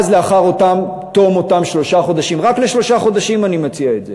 רק לשלושה חודשים אני מציע את זה.